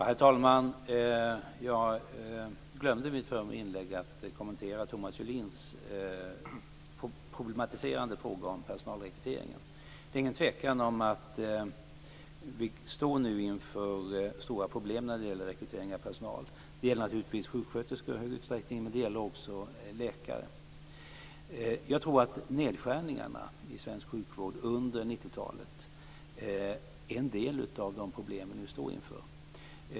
Herr talman! Jag glömde i mitt förra inlägg att kommentera Thomas Julins problematiserande fråga om personalrekryteringen. Det är ingen tvekan om att vi nu står inför stora problem när det gäller rekrytering av personal. Det gäller naturligtvis sjuksköterskor i stor utsträckning, men det gäller också läkare. Jag tror att nedskärningarna i svensk sjukvård under 90-talet är en del av bakgrunden till de problem vi nu står inför.